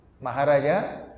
Maharaja